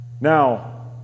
Now